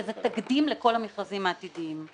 וזה תקדים לכל המכרזים העתידיים.